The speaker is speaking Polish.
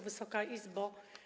Wysoka Izbo!